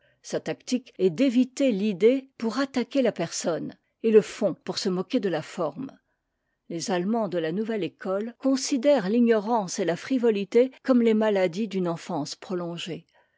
sa tactique est d'éviter l'idée pour attaquer la personne et le fond pour se moquer de la forme les allemands de la nouvelle école considèrent l'ignorance et la frivolité comme les maladies d'une enfance prolongée